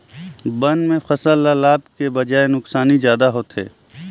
बन में फसल ल लाभ के बजाए नुकसानी जादा होथे